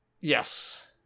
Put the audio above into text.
Yes